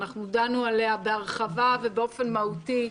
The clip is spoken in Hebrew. אנחנו דנו עליה בהרחבה ובאופן מהותי,